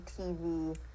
TV